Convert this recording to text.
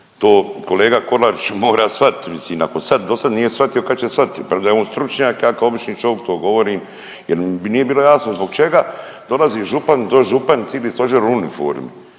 To kolega Kolarić mora shvatit mislim ako sad do sad nije shvatio kad će shvatiti premda je on stručnjak. Ja kao obični čovik to govorim jer mi nije bilo jasno zbog čega dolazi župan, dožupan i cili stožer u uniformi